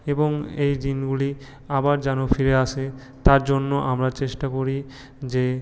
এবং এই দিনগুলি আবার যেন ফিরে আসে তার জন্য আমরা চেষ্টা করি যে